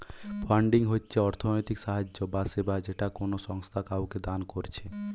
funding হচ্ছে অর্থনৈতিক সাহায্য বা সেবা যেটা কোনো সংস্থা কাওকে দান কোরছে